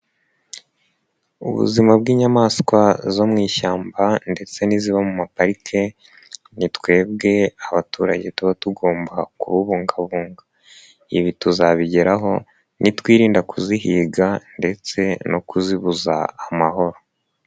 Ubuzima bw'inyamaswa zo mu ishyamba ndetse n'iziba mu maparike, ni twebwe abaturage tuba tugomba kububungabunga, ibi tuzabigeraho ni twirinda kuzihiga ndetse no kuzibuza amahoro.